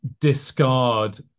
discard